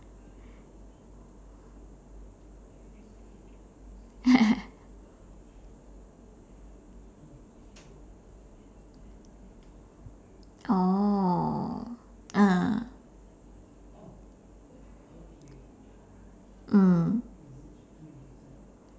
oh ah mm